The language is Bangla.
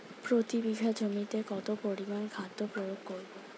প্রতি বিঘা জমিতে কত পরিমান খাদ্য প্রয়োগ করব?